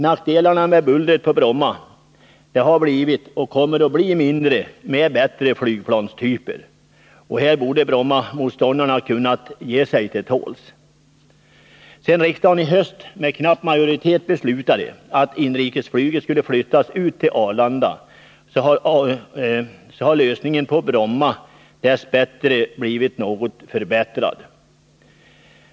Nackdelarna med bullret på Bromma har blivit mindre och kommer att bli mindre med bättre flygplanstyper. Här borde Brommamotståndarna ha kunnat ge sig till tåls. Sedan riksdagen i höstas med knapp majoritet beslutat att inrikesflyget skulle flyttas ut till Arlanda har lösningen på Arlanda dess bättre blivit något förbättrad.